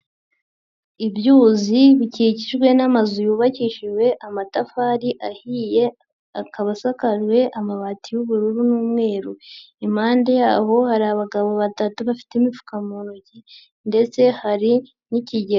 Ibyuzi bikikijwe n'amazu yubakishijwe amatafari ahiye akaba asakaye amabati y'ubururu n'umweru, impande hari abagabo batatu bafite imifuka mu ntoki ndetse hari n'ikigega.